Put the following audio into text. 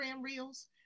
reels